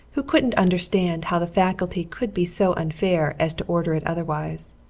who couldn't understand how the faculty could be so unfair as to order it otherwise.